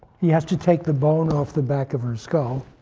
he has to take the bone off the back of her skull,